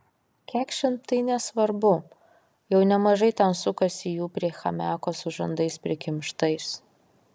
kekšėm tai nesvarbu jau nemažai ten sukasi jų prie chamiako su žandais prikimštais